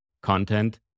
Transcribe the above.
content